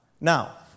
Now